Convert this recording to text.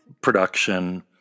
production